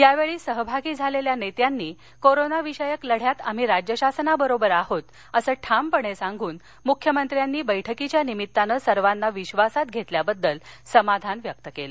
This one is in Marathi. यावेळी सहभागी झालेल्या नेत्यांनी कोरोनाविषयक लढ्यात आम्ही राज्य शासनाबरोबर आहोत असं ठामपणे सांगून मुख्यमंत्र्यांनी बैठकीच्या निमित्ताने सर्वांना विश्वासात घेतल्याबद्दल समाधान व्यक्त केलं